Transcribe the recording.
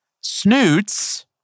snoots